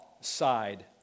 side